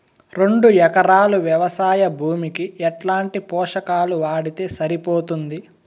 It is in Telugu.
రెండు ఎకరాలు వ్వవసాయ భూమికి ఎట్లాంటి పోషకాలు వాడితే సరిపోతుంది?